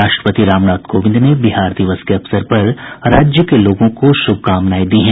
राष्ट्रपति रामनाथ कोविंद ने बिहार दिवस के अवसर पर राज्य के लोगों को शुभकामनाएं दी हैं